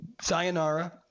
sayonara